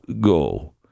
go